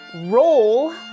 roll